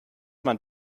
man